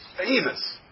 famous